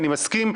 אני מסכים,